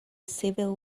civil